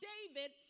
David